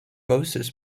moses